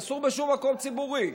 אסור בשום מקום ציבורי.